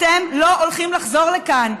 אתם לא הולכים לחזור לכאן.